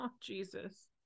Jesus